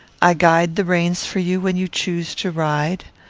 i guide the reins for you when you choose to ride.